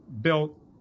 built